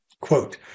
Quote